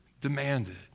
demanded